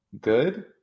good